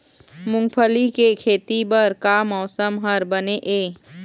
मूंगफली के खेती बर का मौसम हर बने ये?